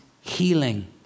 healing